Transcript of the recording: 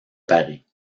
paris